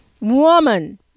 woman